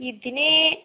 ഇതിന്